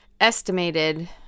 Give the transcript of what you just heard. estimated